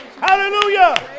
hallelujah